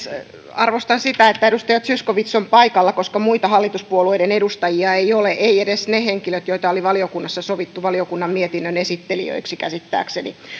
arvostan sitä että edustaja zyskowicz on paikalla koska muita hallituspuolueiden edustajia ei ole eivät edes ne henkilöt jotka oli valiokunnassa sovittu valiokunnan mietinnön esittelijöiksi käsittääkseni